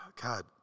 God